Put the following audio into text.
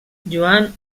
joan